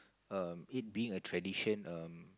um it being a tradition um